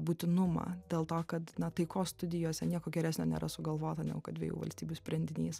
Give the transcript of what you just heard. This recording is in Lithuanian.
būtinumą dėl to kad na taikos studijose nieko geresnio nėra sugalvota negu kad dviejų valstybių sprendinys